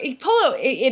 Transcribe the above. Polo